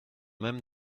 même